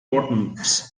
bottoms